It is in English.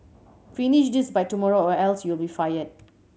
finish this by tomorrow or else you'll be fired